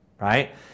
right